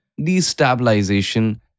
destabilization